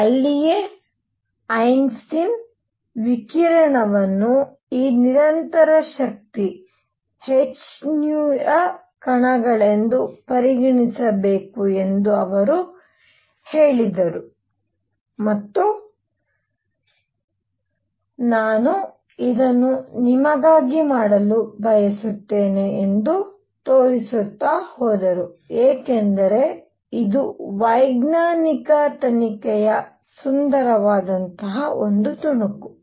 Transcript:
ಅಲ್ಲಿಯೇ ಐನ್ಸ್ಟೈನ್ ವಿಕಿರಣವನ್ನು ಈ ನಿರಂತರ ಶಕ್ತಿ h ಯ ಕಣಗಳೆಂದು ಪರಿಗಣಿಸಬೇಕು ಎಂದು ಅವರು ಹೇಳಿದರು ಮತ್ತು ನಾನು ಇದನ್ನು ನಿಮಗಾಗಿ ಮಾಡಲು ಬಯಸುತ್ತೇನೆ ಎಂದು ತೋರಿಸುತ್ತಾ ಹೋದರು ಏಕೆಂದರೆ ಇದು ವೈಜ್ಞಾನಿಕ ತನಿಖೆಯ ಸುಂದರವಾದ ತುಣುಕು